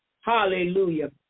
hallelujah